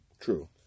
true